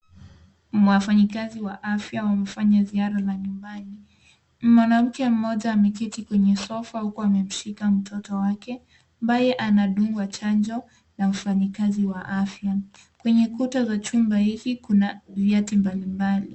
Mwafanyikazi wa afya wamefanya ziara la nyumbani. Mwanamke mmoja ameketi kwenye sofa huku amemshika mtoto wake ambaye anadungwa chanjo na mfanyakazi wa afya. Kwenye kuta za chumba hii kuna vyati mbalimbali.